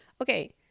okay